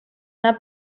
una